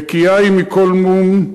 נקייה היא מכל מום.